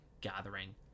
gathering